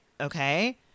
Okay